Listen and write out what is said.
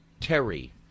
Terry